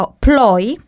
ploy